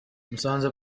musanze